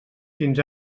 fins